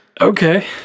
okay